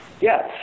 Yes